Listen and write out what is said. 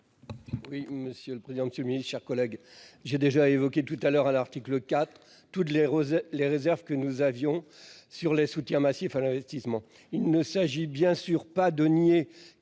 Oui, monsieur le président, Monsieur 1000. Chers collègues, j'ai déjà évoqué tout à l'heure à l'article quatre toutes les roses, les réserves que nous avions sur le soutien massif à l'investissement,